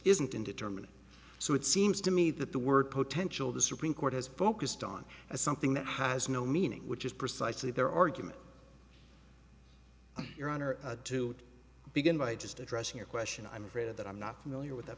isn't indeterminate so it seems to me that the word potential the supreme court has focused on something that has no meaning which is precisely their argument your honor to begin by just addressing your question i'm afraid that i'm not familiar with th